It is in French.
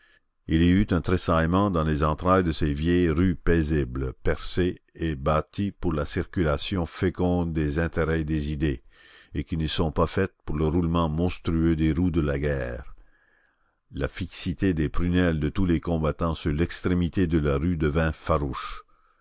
il y eut un tressaillement dans les entrailles de ces vieilles rues paisibles percées et bâties pour la circulation féconde des intérêts et des idées et qui ne sont pas faites pour le roulement monstrueux des roues de la guerre la fixité des prunelles de tous les combattants sur l'extrémité de la rue devint farouche